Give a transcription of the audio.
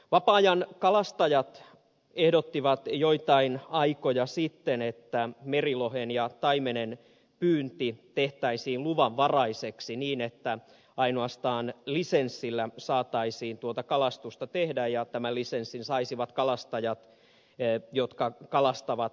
vapaa ajankalastajat ehdottivat joitain aikoja sitten että merilohen ja taimenen pyynti tehtäisiin luvanvaraiseksi niin että ainoastaan lisenssillä saataisiin kalastusta tehdä ja tämän lisenssin saisivat kalastajat jotka kalastavat ammatikseen